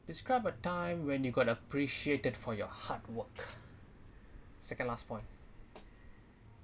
describe a time when you got appreciated for your hard work second last point